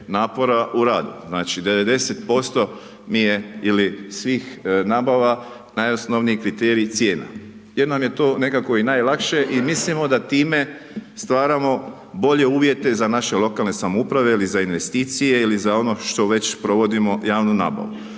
napora u radu. Znači 90% mi je ili svih nabava najosnovniji kriterij cijena. Jer nam je to nekako i najlakše i mislimo da time stvaramo bolje uvjete za naše lokalne samouprave ili za investicije ili za ono što već provodimo javnu nabavu.